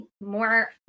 more